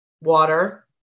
water